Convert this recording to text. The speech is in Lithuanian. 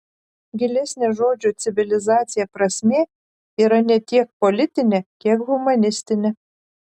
gilesnė žodžio civilizacija prasmė yra ne tiek politinė kiek humanistinė